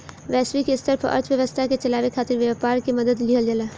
वैश्विक स्तर पर अर्थव्यवस्था के चलावे खातिर व्यापार के मदद लिहल जाला